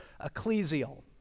ecclesial